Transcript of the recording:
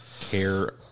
care